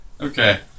Okay